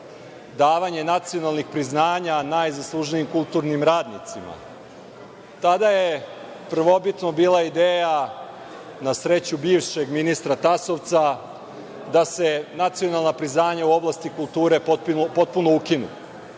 davanje nacionalnih priznanja najzaslužnijim kulturnim radnicima. Tada je prvobitno bila ideja na sreću, bivšeg, ministra Tasovca, da se nacionalna priznanja u oblasti kulture potpuno ukinu.